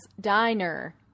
Diner